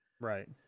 Right